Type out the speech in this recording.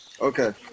Okay